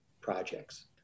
projects